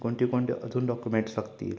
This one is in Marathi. कोणते कोणते अजून डॉकुमेंट्स लागतील